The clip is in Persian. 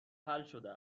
حلشده